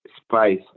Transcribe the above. Spice